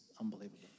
unbelievable